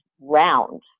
round